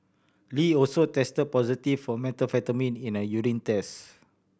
Lee also test positive for methamphetamine in a urine test